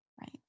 Right